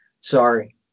Sorry